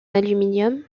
aluminium